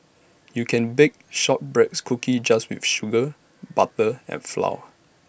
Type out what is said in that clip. you can bake shortbreads cookies just with sugar butter and flour